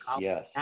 Yes